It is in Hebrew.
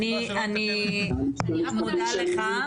אני מודה לך.